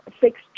six